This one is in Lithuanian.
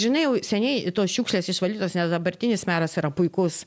žinai jau seniai tos šiukšlės išvalytos nes dabartinis meras yra puikus